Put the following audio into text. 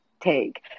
take